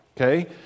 Okay